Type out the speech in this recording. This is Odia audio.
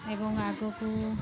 ଏବଂ ଆଗକୁ